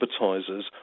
advertisers